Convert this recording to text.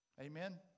Amen